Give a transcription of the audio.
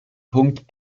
punkt